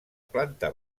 planta